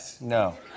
No